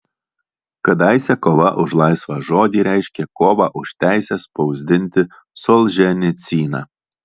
kadaise kova už laisvą žodį reiškė kovą už teisę spausdinti solženicyną